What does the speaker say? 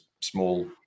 small